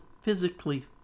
physically